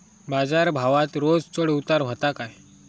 बाजार भावात रोज चढउतार व्हता काय?